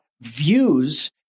views